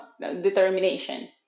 determination